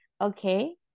okay